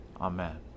Amen